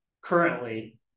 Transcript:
currently